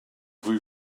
rue